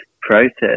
process